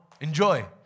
enjoy